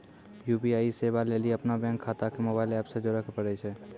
UPI सेबा लेली अपनो बैंक खाता के मोबाइल एप से जोड़े परै छै